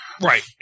Right